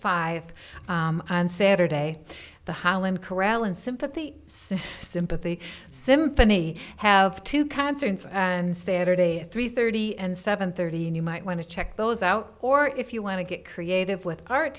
and saturday the highland corral and sympathy sympathy symphony have two concerts and saturday three thirty and seven thirty and you might want to check those out or if you want to get creative with art